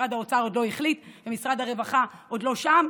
משרד האוצר עוד לא החליט ומשרד הרווחה עוד לא שם,